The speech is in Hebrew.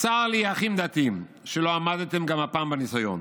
"צר לי, אחים דתיים, שלא עמדתם גם הפעם בניסיון.